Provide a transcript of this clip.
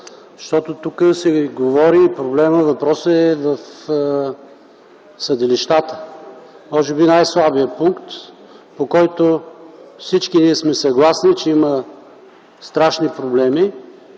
защото тук се говори за съдилищата - може би най-слабия пункт, по който всички сме съгласни, че има страшни проблеми.